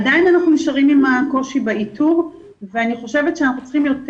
עדיין אנחנו נותרים עם הקושי באיתור ואני חושבת שאנחנו צריכים יותר,